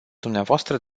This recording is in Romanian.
dumneavoastră